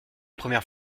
première